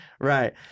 right